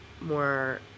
more